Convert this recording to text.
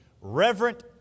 reverent